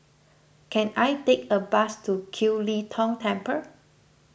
can I take a bus to Kiew Lee Tong Temple